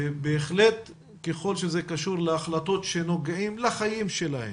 בהחלט ככל שזה קשור להחלטות שנוגעות לחיים שלהם,